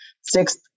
Sixth